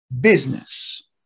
business